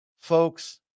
folks